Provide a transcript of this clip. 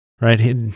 Right